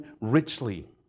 richly